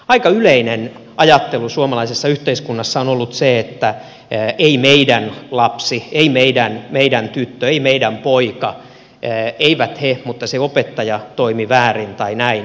aika yleinen ajattelu suomalaisessa yhteiskunnassa on ollut se että ei meidän lapsi ei meidän tyttö ei meidän poika eivät he mutta se opettaja toimi väärin tai näin